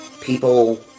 people